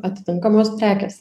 atitinkamos prekės